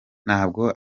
ntabwo